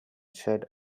shed